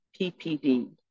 PPD